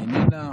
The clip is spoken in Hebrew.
איננה.